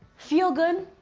feel good,